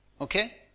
Okay